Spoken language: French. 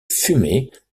fumées